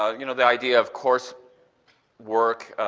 you know, the idea of course work,